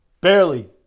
barely